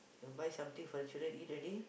you buy something for the children eat already